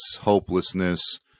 hopelessness